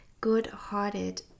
good-hearted